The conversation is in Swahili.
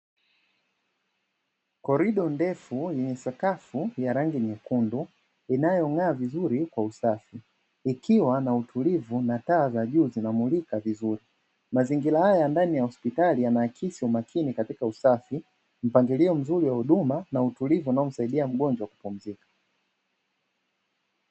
Korido ndefu yenye sakafu ya rangi nyekundu inayong'aa vizuri kwa usafi, ikiwa na utulivu na taa za juu zinamulika vizuri. Mazingira haya ya ndani ya hospitali yana akisi umakini katika usafi, mpangilio mzuri wa huduma na utulivu unaomsaidia mgonjwa kupumzika.